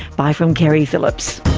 bye from keri phillips